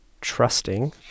trusting